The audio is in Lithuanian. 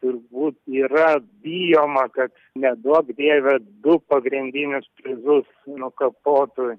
turbūt yra bijoma kad neduok dieve du pagrindinius prizus nukapotų